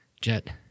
Jet